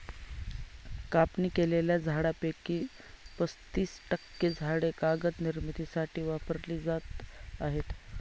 कापणी केलेल्या झाडांपैकी पस्तीस टक्के झाडे कागद निर्मितीसाठी वापरली जात आहेत